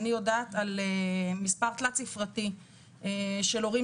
אני יודעת על מספר תלת ספרתי של הורים